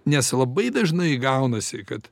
nes labai dažnai gaunasi kad